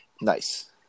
Nice